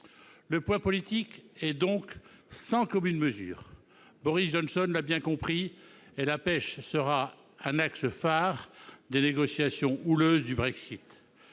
Le poids politique est donc sans commune mesure. Boris Johnson l'a bien compris. La pêche sera ainsi un axe phare des négociations houleuses du Brexit.